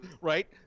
Right